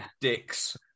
dicks